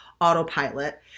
autopilot